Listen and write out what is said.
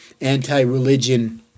anti-religion